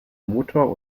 motor